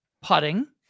putting